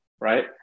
right